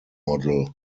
model